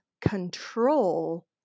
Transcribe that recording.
control